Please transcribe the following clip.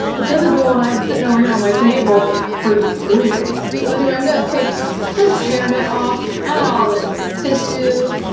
but this is the one i had sitting over here on my table for deployment. so anyway, i'm gonna take this hairnet off, and all this tissue,